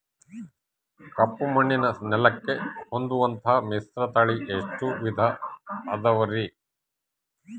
ಕಪ್ಪುಮಣ್ಣಿನ ನೆಲಕ್ಕೆ ಹೊಂದುವಂಥ ಮಿಶ್ರತಳಿ ಎಷ್ಟು ವಿಧ ಅದವರಿ?